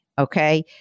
okay